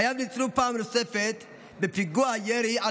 חייו ניצלו פעם נוספת בפיגוע הירי על